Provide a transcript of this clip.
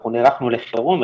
אנחנו נערכנו לחירום,